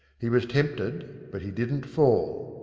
he was tempted, but he didn't fall.